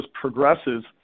progresses